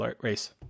race